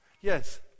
yes